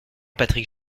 patrick